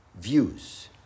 views